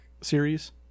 series